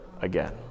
again